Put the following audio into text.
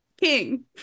King